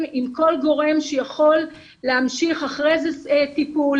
עם כל גורם שיכול להמשיך אחרי זה טיפול,